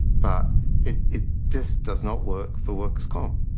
but it it just does not work for workers comp.